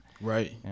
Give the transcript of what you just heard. Right